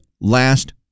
last